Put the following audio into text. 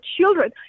children